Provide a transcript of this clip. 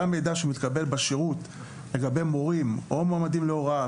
גם מידע שמתקבל בשירות לגבי מורים או מועמדים להוראה,